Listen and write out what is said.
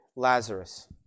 Lazarus